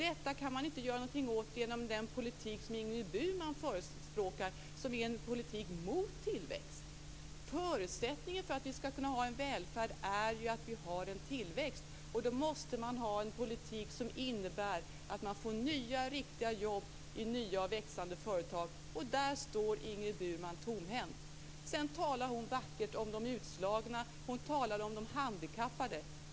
Detta kan man inte göra någonting åt genom den politik som Ingrid Burman förespråkar. Det är en politik mot tillväxt. Förutsättningen för att vi skall kunna ha en välfärd är ju att vi har en tillväxt. Då måste man ha en politik som innebär att man får nya riktiga jobb i nya och växande företag. Och där står Ingrid Burman tomhänt. Sedan talade hon vackert om de utslagna. Hon talade om de handikappade.